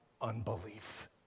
unbelief